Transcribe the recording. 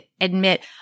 admit –